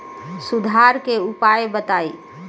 सुधार के उपाय बताई?